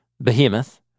Behemoth